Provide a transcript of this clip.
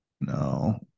no